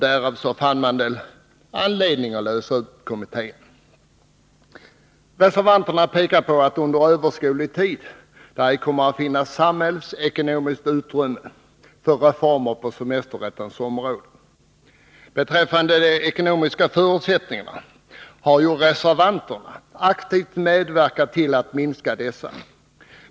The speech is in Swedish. Därför fann man en anledning att lösa upp kommittén. Reservanterna pekar på att det under överskådlig tid ej kommer att finnas samhällsekonomiskt utrymme för reformer på semesterrättens område. De ekonomiska förutsättningarna har ju reservanterna själva aktivt medverkat till att försämra.